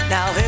Now